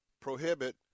prohibit